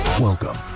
Welcome